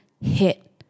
hit